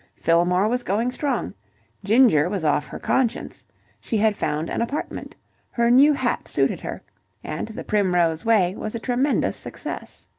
fillmore was going strong ginger was off her conscience she had found an apartment her new hat suited her and the primrose way was a tremendous success.